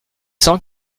cent